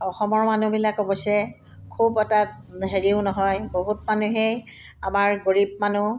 অসমৰ মানুহবিলাক অৱশ্যে খুব এটা হেৰিও নহয় বহুত মানুহেই আমাৰ গৰীব মানুহ